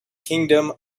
kingdom